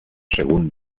según